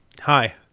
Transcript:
Hi